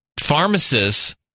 Pharmacists